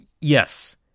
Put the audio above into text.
Yes